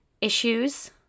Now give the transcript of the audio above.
issues